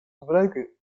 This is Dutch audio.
gebruiken